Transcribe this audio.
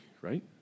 right